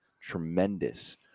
tremendous